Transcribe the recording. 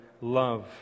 love